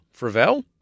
Fravel